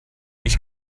ich